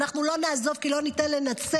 ואנחנו לא נעזוב כי לא ניתן לנצח.